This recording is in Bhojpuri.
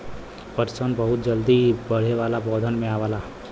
पटसन बहुत जल्दी बढ़े वाला पौधन में आवला